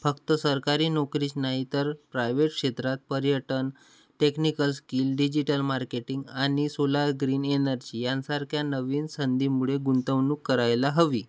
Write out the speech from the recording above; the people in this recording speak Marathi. फक्त सरकारी नोकरीच नाही तर प्रायव्हेट क्षेत्रात पर्यटन टेक्निकल स्किल डिजिटल मार्केटिंग आणी सोलार ग्रीन एनर्जी यांसारख्या नवीन संधीमुळे गुंतवणूक करायला हवी